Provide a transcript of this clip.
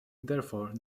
therefore